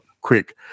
quick